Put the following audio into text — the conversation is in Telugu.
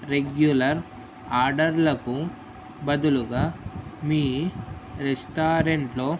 రెగ్యులర్ ఆర్డర్లకు బదులుగా మీ రెస్టారెంట్లో